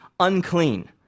unclean